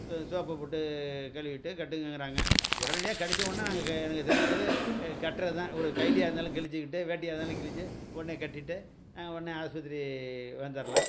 so இந்த சோப்பை போட்டு கழுவிட்டு கட்டுங்கள்ங்கிறாங்க உடனடியா கடித்த உடனே நாங்கள் எனக்கு தெரிஞ்சங்கிறது கட்டுறது தான் ஒரு கைலியாக இருந்தாலும் கிழிச்சிக்கிட்டு வேட்டியாக இருந்தாலும் கிழிச்சி உடனே கட்டிவிட்டு நாங்க ஒடனே ஆஸ்பத்திரி வந்துடலாம்